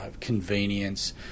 convenience